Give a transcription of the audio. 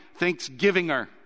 thanksgivinger